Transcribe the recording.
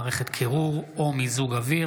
מענק חודשי לתושבי הצפון שלא פונו מבתיהם) (הוראת שעה),